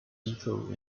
depot